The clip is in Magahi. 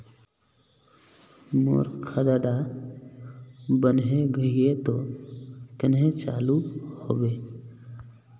मोर खाता डा बन है गहिये ते कन्हे चालू हैबे?